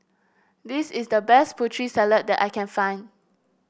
this is the best Putri Salad that I can find